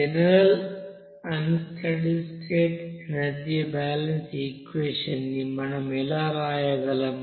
general unsteady state energy balance equation ని మనం ఎలా వ్రాయగలం